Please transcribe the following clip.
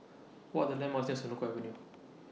What Are The landmarks near Senoko Avenue